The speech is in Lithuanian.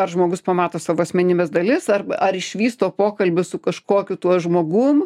ar žmogus pamato savo asmenybės dalis arb ar išvysto pokalbius su kažkokiu tuo žmogum